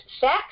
sex